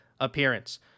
appearance